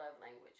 language